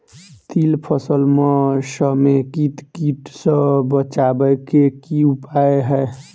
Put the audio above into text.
तिल फसल म समेकित कीट सँ बचाबै केँ की उपाय हय?